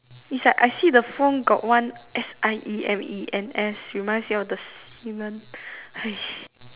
is like I see the phone got one S I E M E N S reminds me of the semen